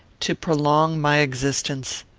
to prolong my existence.